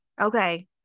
Okay